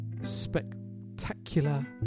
spectacular